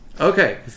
okay